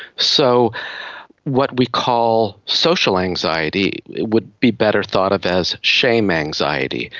so what we call social anxiety would be better thought of as shame anxiety.